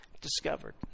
discovered